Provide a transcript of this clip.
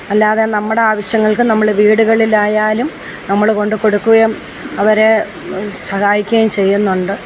അല്ലാതെ നമ്മുട ആവശ്യങ്ങൾക്ക് നമ്മൾ വീടുകളിൽ ആയാലും നമ്മൾ കൊണ്ടു കൊടുക്കുകയും അവരെ സഹായിക്കുകയും ചെയ്യുന്നുണ്ട്